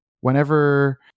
whenever